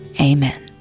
Amen